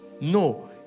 No